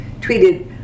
tweeted